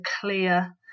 clear